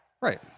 Right